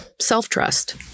Self-trust